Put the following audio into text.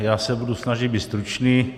Já se budu snažit být stručný.